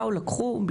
באו לקחו,